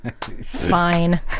Fine